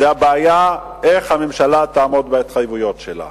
זאת הבעיה איך הממשלה תעמוד בהתחייבויות שלה.